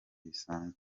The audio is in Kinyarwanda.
bisanzwe